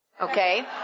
Okay